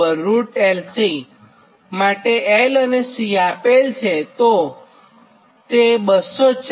L અને C આપેલ છે તો તે 290